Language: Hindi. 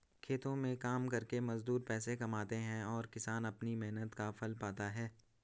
खेतों में काम करके मजदूर पैसे कमाते हैं और किसान अपनी मेहनत का फल पाता है